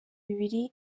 bibiri